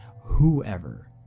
whoever